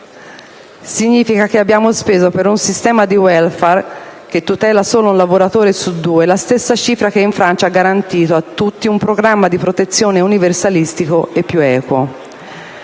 significa che abbiamo speso, per un sistema di *welfare* che tutela solo un lavoratore su due, la stessa cifra che in Francia ha garantito a tutti un programma di protezione universalistico e più equo.